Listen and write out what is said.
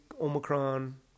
Omicron